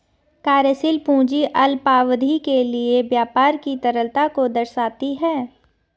कार्यशील पूंजी अल्पावधि के लिए व्यापार की तरलता को दर्शाती है